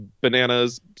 Bananas